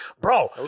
bro